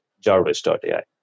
jarvis.ai